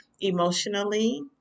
emotionally